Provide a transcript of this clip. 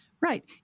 right